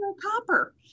Copper